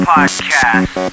Podcast